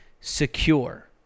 secure